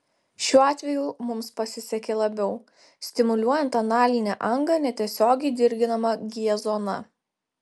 šiuo atveju mums pasisekė labiau stimuliuojant analinę angą netiesiogiai dirginama g zona